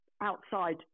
outside